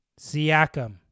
Siakam